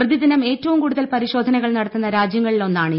പ്രതിദിനം ഏറ്റവും കൂടുതൽ പരിശോധനകൾ നടത്തുന്ന രാജ്യങ്ങളിൽ ഒന്നാണ് ഇന്ത്യ